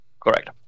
Correct